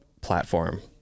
platform